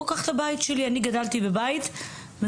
בוא קח את הבית שלי, אני גדלתי בבית מסורתי.